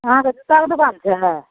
अहाँके जुत्ता आओरके दोकान यऽ